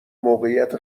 موقعیت